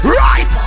right